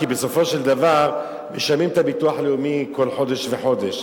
כי בסופו של דבר משלמים את הביטוח הלאומי כל חודש וחודש.